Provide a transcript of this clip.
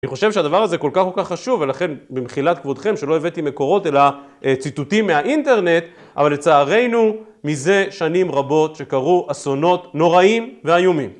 אני חושב שהדבר הזה כל כך כל כך חשוב ולכן במחילת כבודכם שלא הבאתי מקורות אלא ציטוטים מהאינטרנט, אבל לצערנו מזה שנים רבות שקרו אסונות נוראים ואיומים